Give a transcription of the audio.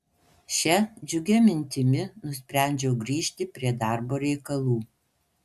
šia džiugia mintimi nusprendžiau grįžti prie darbo reikalų